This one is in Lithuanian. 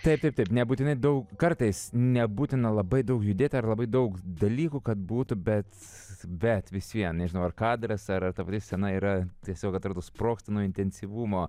taip taip nebūtinai daug kartais nebūtina labai daug judėti ar labai daug dalykų kad būtų bet bet vis vien nežinau ar kadras ar ta scena yra tiesiog atrodo sprogsta nuo intensyvumo